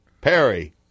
Perry